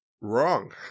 Wrong